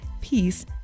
peace